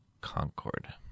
Concord